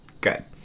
Good